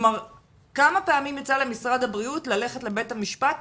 כמה פעמים יצא למשרד הבריאות ללכת לבית המשפט